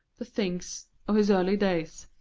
the things, of his early days.